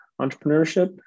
entrepreneurship